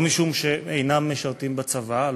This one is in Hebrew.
לא משום שהם אינם משרתים בצבא,